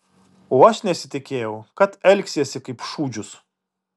o aš nesitikėjau kad elgsiesi kaip šūdžius